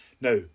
Now